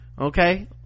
okay